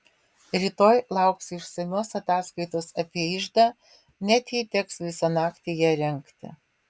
rytoj lauksiu išsamios ataskaitos apie iždą net jei teks visą naktį ją rengti